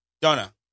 Donna